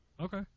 Okay